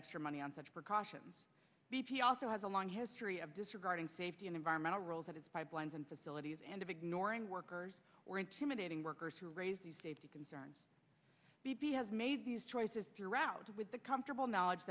extra money on such precautions b p also has a long history of disregarding safety and environmental rules at its pipelines and facilities and ignoring workers or intimidating workers to raise the safety concerns b p has made these choices throughout with the comfortable knowledge